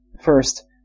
First